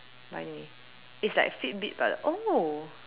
but anyway it's like fit bit but oh